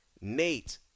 Nate